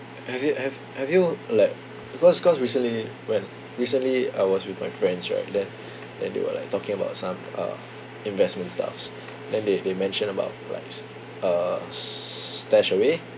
have you have have you like because cause recently when recently I was with my friends right then then they were like talking about some uh investment stuffs then they they mentioned about like st~ err S